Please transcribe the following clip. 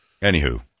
Anywho